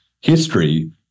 history